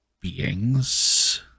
beings